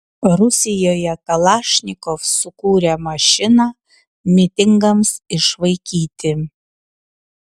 rusijoje kalašnikov sukūrė mašiną mitingams išvaikyti